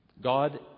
God